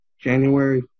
January